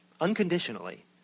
Unconditionally